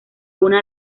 una